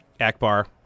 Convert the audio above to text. Akbar